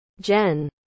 Jen